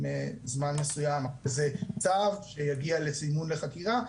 אם זמן מסויים זה צו, שיגיע לזימון לחקירה.